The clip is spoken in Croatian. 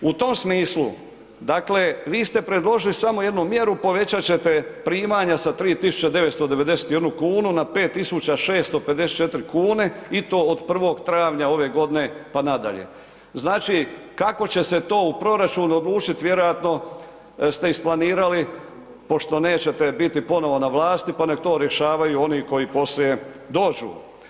U tom smislu vi ste predložili samo jednu mjeru povećat ćete primanja sa 3.991 kunu na 5.654 kune i to od 1. travnja ove godine pa nadalje, znači kako će se to u proračunu odlučiti, vjerojatno ste isplanirali pošto nećete biti ponovo na vlasti pa nek to rješavaju oni koji poslije dođu.